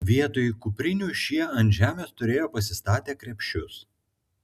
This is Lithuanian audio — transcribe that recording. vietoj kuprinių šie ant žemės turėjo pasistatę krepšius